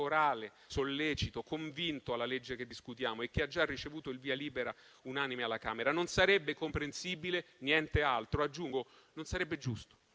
corale, sollecito e convinto, alla legge che discutiamo e che ha già ricevuto il via libera unanime alla Camera. Non sarebbe comprensibile niente altro e - aggiungo - non sarebbe giusto.